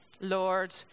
Lord